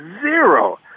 zero